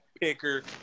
picker